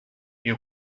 you